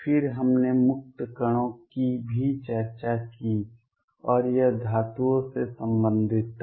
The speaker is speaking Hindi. फिर हमने मुक्त कणों की भी चर्चा की और यह धातुओं से संबंधित था